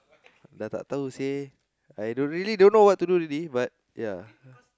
dah tak tahu seh say I don't really don't know what to do already but ya